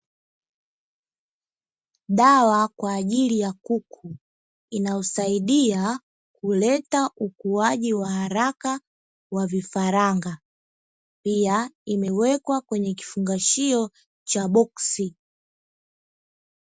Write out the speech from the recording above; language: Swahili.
Dawa kwajili ya kuku inayosaidia kuleta ukuwaji wa haraka wa vifaranga pia imewekwa kwenye kifungashio cha boksi.